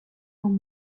poids